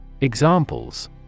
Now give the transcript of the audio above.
Examples